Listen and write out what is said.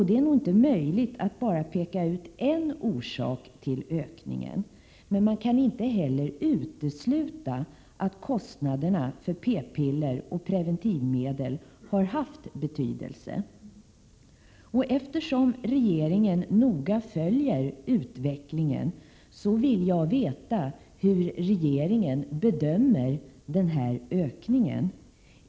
Det är nog inte möjligt att bara peka ut en orsak till ökningen, men man kan inte utesluta att Prot. 1987/88:115 kostnaderna för p-piller och andra preventivmedel har haft betydelse. 5 maj 1988 Eftersom regeringen noga följer utvecklingen vill jag veta hur regeringen bedömer ökningen.